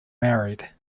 married